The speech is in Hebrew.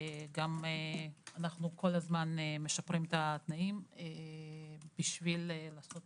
אנחנו כל הזמן משפרים את התנאים בשביל לעשות